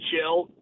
chill